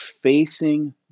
facing